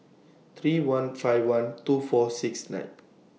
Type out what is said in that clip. three one five one two four six nine